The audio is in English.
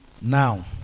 Now